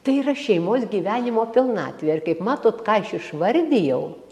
tai yra šeimos gyvenimo pilnatvė ir kaip matot ką aš išvardijau